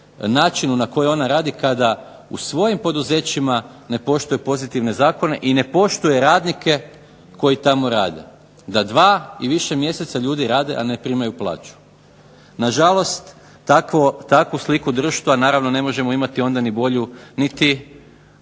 načinu na koji ona radi, kada u svojim poduzećima ne poštuje pozitivne zakone i ne poštuje radnike koji tamo rade, da 2 i više mjeseca ljudi rade a ne primaju plaću. Na žalost takvu sliku društva naravno ne možemo imati onda ni bolju niti